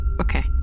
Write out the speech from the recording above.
Okay